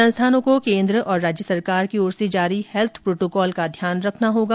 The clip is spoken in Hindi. संस्थानों को केन्द्र और राज्य सरकार की ओर से जारी हैल्थ प्रोटोकॉल का ध्यान रखना होगा